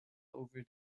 over